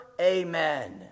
Amen